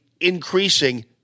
increasing